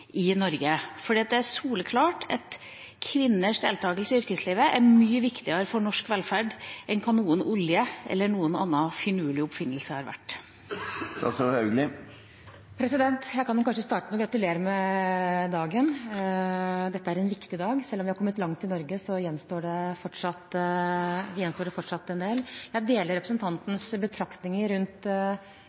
Norge? Det er soleklart at kvinners deltagelse i yrkeslivet er mye viktigere for norsk velferd enn hva olje eller noen finurlig oppfinnelse har vært. Jeg kan jo starte med å gratulere med dagen. Dette er en viktig dag. Selv om vi har kommet langt i Norge, gjenstår det fortsatt en del. Jeg deler representantens betraktninger rundt